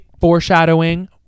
foreshadowing